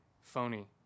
phony